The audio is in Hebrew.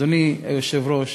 אדוני היושב-ראש,